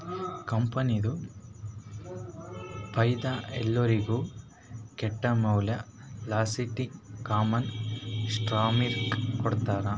ಕಂಪನಿದು ಫೈದಾ ಎಲ್ಲೊರಿಗ್ ಕೊಟ್ಟಮ್ಯಾಲ ಲಾಸ್ಟೀಗಿ ಕಾಮನ್ ಸ್ಟಾಕ್ದವ್ರಿಗ್ ಕೊಡ್ತಾರ್